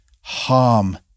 harm